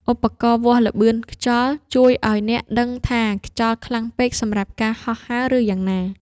ឧបករណ៍វាស់ល្បឿនខ្យល់ ជួយឱ្យអ្នកដឹងថាខ្យល់ខ្លាំងពេកសម្រាប់ការហោះហើរឬយ៉ាងណា។